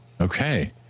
Okay